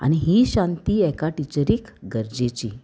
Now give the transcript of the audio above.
आनी ही शांती एका टिचरीक गरजेची